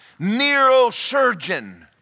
neurosurgeon